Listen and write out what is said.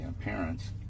parents